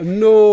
no